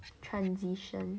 transition